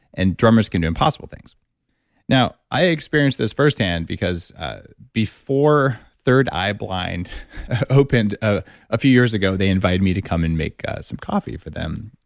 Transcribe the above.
and drummers can do impossible things now, i experienced this firsthand because before third eye blind opened a ah few years ago, they invited me to come and make some coffee for them.